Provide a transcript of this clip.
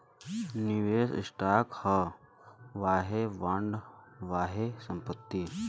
निवेस स्टॉक ह वाहे बॉन्ड, वाहे संपत्ति